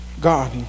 God